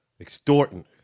Extorting